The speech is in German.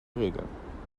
regeln